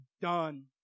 done